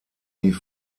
die